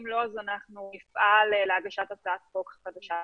אם לא, אנחנו נפעל להגשת הצעת חוק חדשה בנושא.